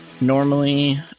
normally